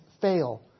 fail